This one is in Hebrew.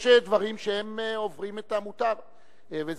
יש דברים שעוברים את המותר וזה,